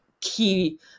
key